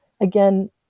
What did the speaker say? Again